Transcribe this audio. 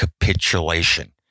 capitulation